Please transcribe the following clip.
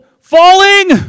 falling